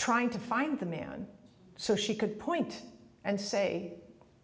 trying to find the man so she could point and say